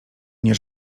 nie